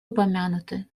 упомянуты